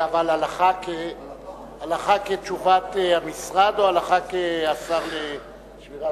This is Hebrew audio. אבל הלכה כתשובת המשרד או הלכה כשר לשמירת,